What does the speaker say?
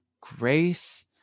grace